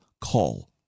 call